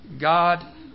God